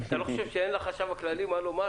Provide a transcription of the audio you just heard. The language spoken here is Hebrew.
אתה לא חושב שלחשב הכללי אין מה לומר